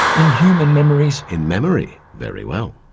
in human memories. in memory. very well,